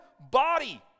body